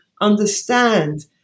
understand